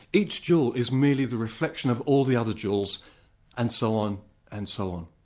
each jewel is merely the reflection of all the other jewels and so on and so on.